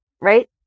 Right